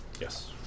Yes